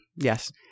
Yes